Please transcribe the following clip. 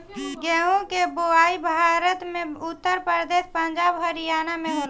गेंहू के बोआई भारत में उत्तर प्रदेश, पंजाब, हरियाणा में होला